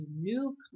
new